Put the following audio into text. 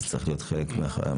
זה צריך להיות חלק מהסל.